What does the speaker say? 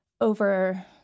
over